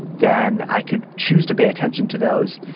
then i could choose to pay attention to those,